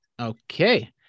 Okay